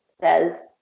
says